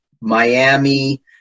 Miami